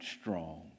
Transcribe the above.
strong